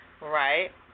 Right